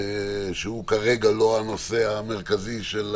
הוא כרגע לא הנושא המרכזי של